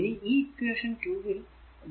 ഈ കോമ്പിനേഷൻ ആണ് ഇക്വേഷൻ 4